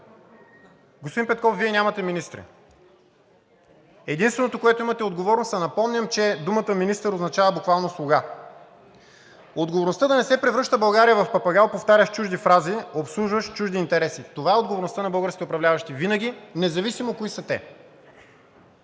Господин Петков, Вие нямате министри. Единственото, което имате, е отговорност, а напомням, че думата „министър“ означава буквално „слуга“. Отговорността да не се превръща България в папагал, повтарящ чужди фрази, обслужващ чужди интереси. Това е отговорността на българските управляващи винаги, независимо кои са те.